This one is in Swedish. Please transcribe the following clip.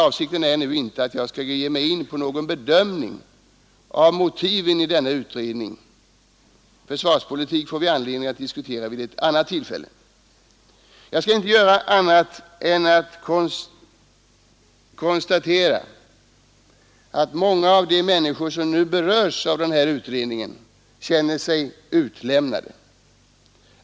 Avsikten är nu inte att jag skall ge mig in på någon bedömning av motiven i denna utredning. Försvarspolitik får vi anledning att diskutera vid ett annat tillfälle. Jag skall inte göra mer än att konstatera att många av de människor som nu berörs av den här utredningen känner sig utlämnade.